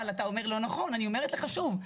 אני אומרת לך שוב,